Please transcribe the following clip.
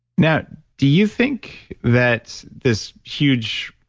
now, do you think that this huge,